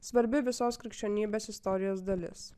svarbi visos krikščionybės istorijos dalis